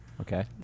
Okay